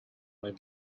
may